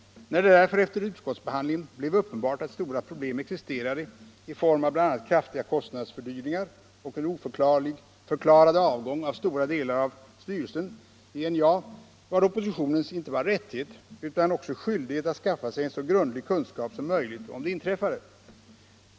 När det därför efter utskottsbehandlingen blev uppenbart att stora problem existerade i form av bl.a. kraftiga kostnadsfördyringar och en oförklarad avgång av stora delar av styrelsen i NJA var det oppositionens inte bara rättighet utan också skyldighet att skaffa sig en så grundlig kunskap som möjligt om det inträffade.